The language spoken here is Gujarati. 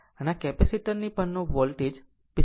અને આ કેપેસિટર ની પરનો આ વોલ્ટેજ 45 વોલ્ટ છે